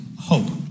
hope